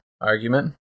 argument